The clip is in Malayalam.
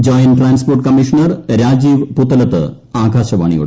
joint transport commissioner Rajeev Puthalath ആകാശവാണിയോട്